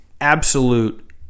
absolute